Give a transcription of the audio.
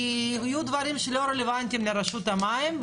כי יהיו דברים שלא יהיו רלוונטיים לרשות המים,